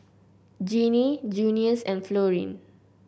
Jeannine Junius and Florene